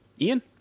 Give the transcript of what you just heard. Ian